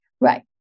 Right